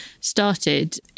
started